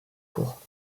courts